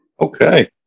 Okay